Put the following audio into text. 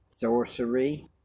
sorcery